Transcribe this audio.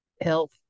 health